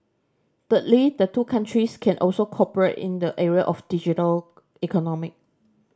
thirdly the two countries can also cooperate in the area of the digital economy